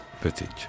footage